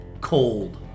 cold